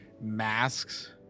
masks